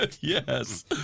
Yes